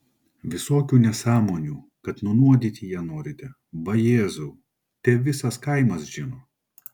visokių nesąmonių kad nunuodyti ją norite vajezau te visas kaimas žino